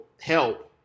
help